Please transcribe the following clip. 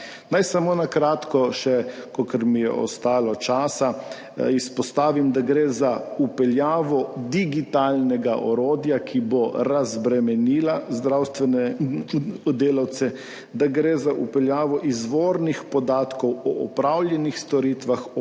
Naj samo na kratko še, kolikor mi je ostalo časa, izpostavim, da gre za vpeljavo digitalnega orodja, ki bo razbremenila zdravstvene delavce, da gre za vpeljavo izvornih podatkov o opravljenih storitvah, o plačanih